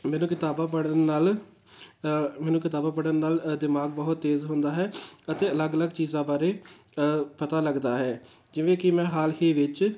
ਮੈਨੂੰ ਕਿਤਾਬਾਂ ਪੜ੍ਹਨ ਨਾਲ ਮੈਨੂੰ ਕਿਤਾਬਾਂ ਪੜ੍ਹਨ ਨਾਲ਼ ਦਿਮਾਗ਼ ਬਹੁਤ ਤੇਜ਼ ਹੁੰਦਾ ਹੈ ਅਤੇ ਅਲੱਗ ਅਲੱਗ ਚੀਜ਼ਾਂ ਬਾਰੇ ਪਤਾ ਲੱਗਦਾ ਹੈ ਜਿਵੇਂ ਕਿ ਮੈਂ ਹਾਲ ਹੀ ਵਿੱਚ